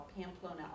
Pamplona